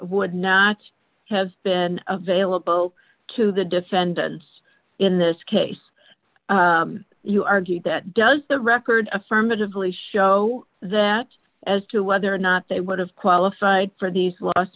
would not have been available to the defendants in this case you argued that does the record affirmatively show that as to whether or not they would have qualified for these last